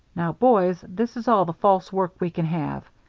now, boys, this is all the false work we can have.